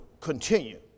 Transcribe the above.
continue